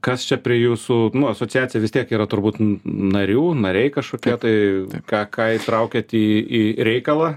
kas čia prie jūsų asociacija vis tiek yra turbūt narių nariai kašokie tai ką įtraukiat į į reikalą